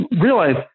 realize